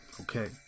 okay